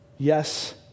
Yes